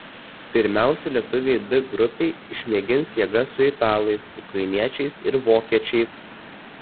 pirmiausia lietuviai d grupėje išmėgins jėgas su italais ukrainiečiais ir vokiečiais